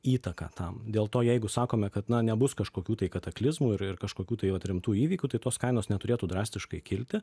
įtaką tam dėl to jeigu sakome kad na nebus kažkokių tai kataklizmų ir ir kažkokių tai vat rimtų įvykių tai tos kainos neturėtų drastiškai kilti